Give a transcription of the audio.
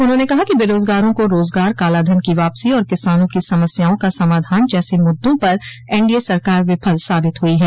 उन्होंने कहा कि बेरोज़गारों को रोजगार कालाधन की वापसी और किसानों की समस्याओं का समाधान जैसे मुद्दों पर एनडीए सरकार विफल साबित हुई है